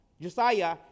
Josiah